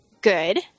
Good